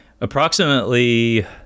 Approximately